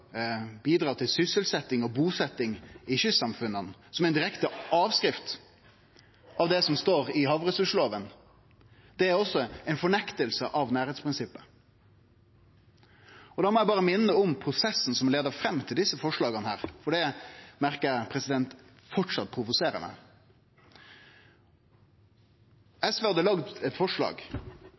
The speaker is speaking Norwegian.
bidra til sysselsetjing og busetjing i kystsamfunna, som er direkte avskrift av det som står i havressurslova, er også ei fornekting av nærleiksprinsippet. Da må eg berre minne om prosessen som leia fram til desse forslaga, for det merkar eg framleis provoserer meg. SV hadde laga eit forslag